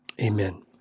Amen